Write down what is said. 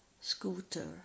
scooter